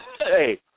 Hey